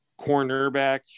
cornerback